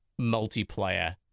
multiplayer